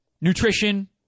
nutrition